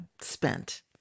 Spent